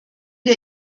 der